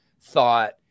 thought